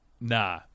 nah